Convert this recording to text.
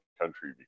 country